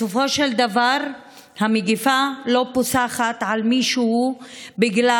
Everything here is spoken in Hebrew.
בסופו של דבר המגפה לא פוסחת על מישהו בגלל